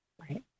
Right